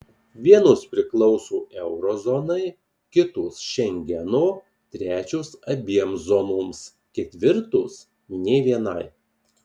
vienos priklauso euro zonai kitos šengeno trečios abiem zonoms ketvirtos nė vienai